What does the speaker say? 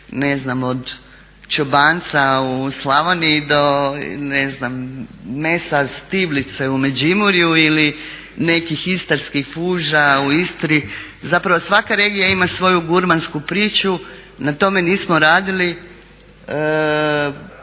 ne znam od čobanca u Slavoniji, do ne znam mesa stivlice u Međimurju, ili nekih istarskih fuža u Istri. Zapravo svaka regija ima svoju gurmansku priču. Na tome nismo radili